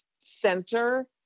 center